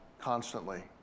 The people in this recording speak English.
constantly